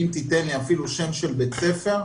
אם תיתן לי שם של בית ספר,